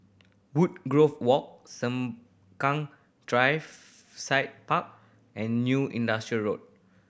Woodgrove Walk Sengkang Drive Side Park and New Industrial Road